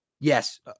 yes